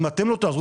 אם אתם לא תעזרו,